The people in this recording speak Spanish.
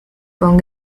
con